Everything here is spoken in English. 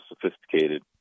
sophisticated